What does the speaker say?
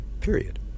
period